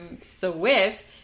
swift